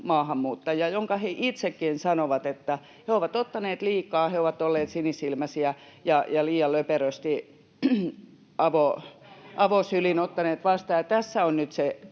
maahanmuuttajia — minkä he itsekin sanovat, että he ovat ottaneet liikaa, he ovat olleet sinisilmäisiä ja liian löperösti, avosylin, ottaneet vastaan, ja tässä on nyt se